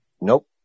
nope